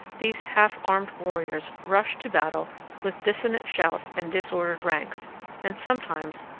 these half-armed warriors rushed to battle with dissonant shouts and disordered ranks and sometimes,